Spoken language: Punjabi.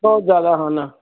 ਬਹੁਤ ਜ਼ਿਆਦਾ ਹਨ